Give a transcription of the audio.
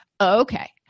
Okay